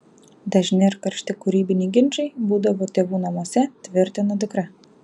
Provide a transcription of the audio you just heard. dažni ir karšti kūrybiniai ginčai būdavo tėvų namuose tvirtina dukra